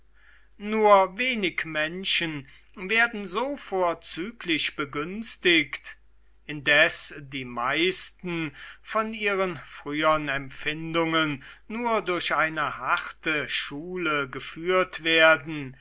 nur wenig menschen werden so vorzüglich begünstigt indes die meisten von ihren frühern empfindungen nur durch eine harte schule geführt werden